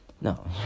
no